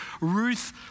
Ruth